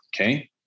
Okay